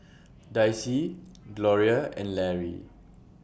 Dicie Gloria and Lary